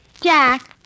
Jack